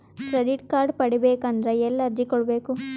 Credit card ಪಡಿಬೇಕು ಅಂದ್ರ ಎಲ್ಲಿ ಅರ್ಜಿ ಕೊಡಬೇಕು?